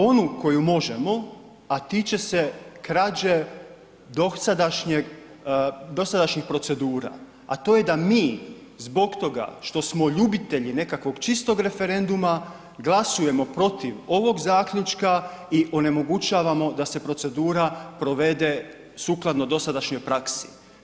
Onu koju možemo, a tiče se krađe dosadašnjih procedura, a to je da mi zbog toga što smo ljubitelji nekakvog čistog referenduma glasujemo protiv ovog zaključka i onemogućavamo da se procedura provede sukladno dosadašnjoj praksi.